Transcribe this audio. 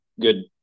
good